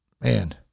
man